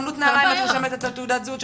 בחנות נעליים את רושמת את תעודת הזהות שלך,